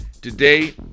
Today